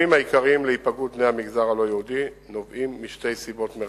היפגעות בני המגזר הלא-יהודי נובעת משתי סיבות מרכזיות: